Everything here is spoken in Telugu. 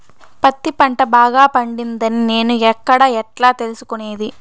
పత్తి పంట బాగా పండిందని నేను ఎక్కడ, ఎట్లా తెలుసుకునేది?